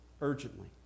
urgently